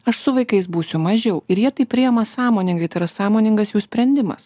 aš su vaikais būsiu mažiau ir jie tai priima sąmoningai tai yra sąmoningas jų sprendimas